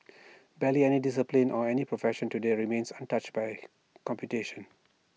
barely any discipline or any profession today remains untouched by computation